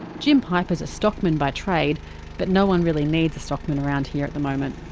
jim piper's a stockman by trade but no one really needs a stockman around here at the moment.